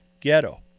Ghetto